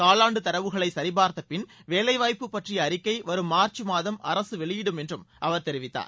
காலாண்டு தரவுகளை சரிபார்த்த பின் வேலைவாய்ப்பு பற்றிய அறிக்கை வரும் மார்ச் மாதம் அரசு வெளியிடும் என்றும் அவர் தெரிவித்தார்